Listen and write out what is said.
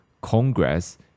Congress